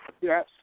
Yes